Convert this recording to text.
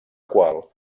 qual